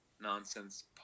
Nonsense